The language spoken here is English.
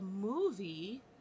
movie